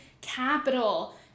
capital